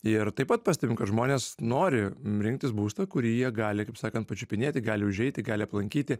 ir taip pat pastebim kad žmonės nori rinktis būstą kurį jie gali kaip sakant pačiupinėti gali užeiti gali aplankyti